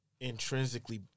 intrinsically